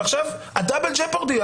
ועכשיו ה-Double jeopardy,